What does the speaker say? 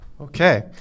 Okay